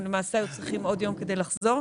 הם היו צריכים עוד יום כדי לחזור.